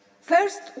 First